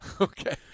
Okay